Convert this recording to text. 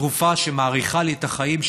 תרופה שמאריכה לי את החיים,